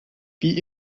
wie